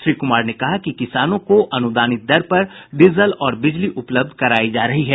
श्री कुमार ने कहा कि किसानों को अनुदानित दर पर डीजल और बिजली उपलब्ध करायी जा रही है